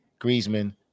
Griezmann